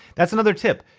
that's another tip.